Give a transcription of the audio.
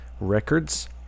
Records